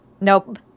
Nope